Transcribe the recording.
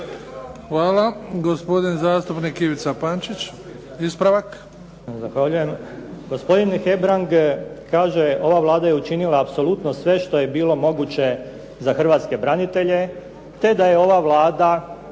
Hvala. Gospodin zastupnik Ivica Pančić, ispravak.